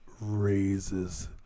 raises